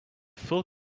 full